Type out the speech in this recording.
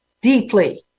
deeply